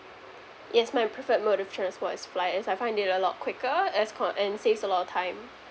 yes my preferred mode of transport is flight as I find it a lot quicker as com~ and saves a lot of time